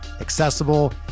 accessible